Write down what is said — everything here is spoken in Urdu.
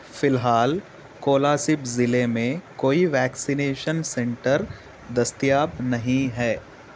فی الحال کولاسب ضلعے میں کوئی ویکسینیشن سینٹر دستیاب نہیں ہے